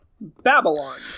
babylon